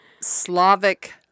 Slavic